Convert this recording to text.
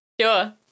Sure